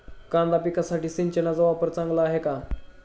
कांदा पिकासाठी सिंचनाचा वापर चांगला आहे का?